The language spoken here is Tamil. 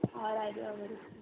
ஆறாயரூபா வருமா